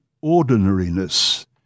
ordinariness